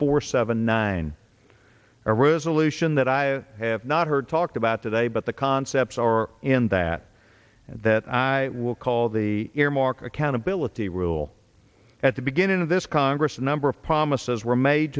ssion that i have not heard talked about today but the concepts are in that that i will call the earmark accountability rule at the beginning of this congress a number of promises were made